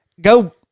go